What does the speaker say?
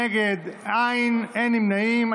נגד, אין, אין נמנעים.